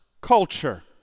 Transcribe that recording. culture